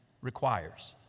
requires